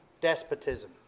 despotism